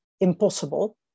impossible